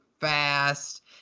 fast